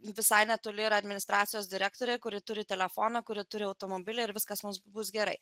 visai netoli yra administracijos direktorė kuri turi telefoną kuri turi automobilį ir viskas mums bus gerai